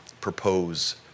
propose